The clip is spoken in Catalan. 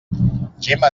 gemma